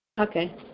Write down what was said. Okay